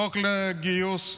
חוק גיוס אחד,